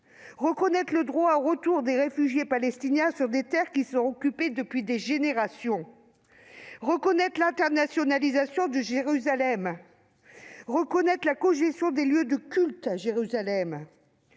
mais aussi le droit au retour des réfugiés palestiniens sur des terres qu'ils ont occupées depuis des générations, de reconnaître l'internationalisation de Jérusalem et la cogestion des lieux de culte dans